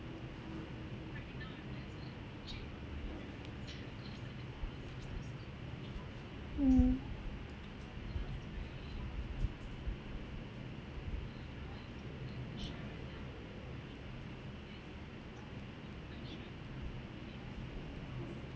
mm